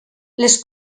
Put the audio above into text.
les